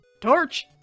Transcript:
Torch